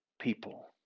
people